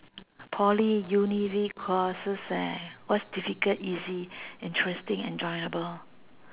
poly univ~ course eh what is difficult easy interesting enjoyable